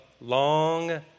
long